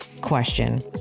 question